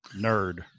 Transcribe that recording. nerd